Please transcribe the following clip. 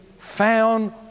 found